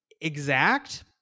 exact